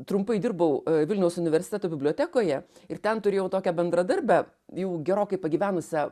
trumpai dirbau vilniaus universiteto bibliotekoje ir ten turėjau tokią bendradarbę jau gerokai pagyvenusią